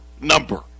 number